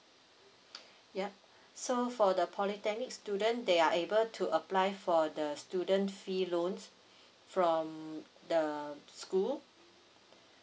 yup so for the polytechnic student they are able to apply for the student fee loans from the school